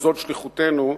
זו שליחותנו,